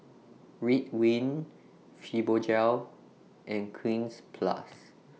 Ridwind Fibogel and Cleanz Plus